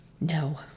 No